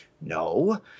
no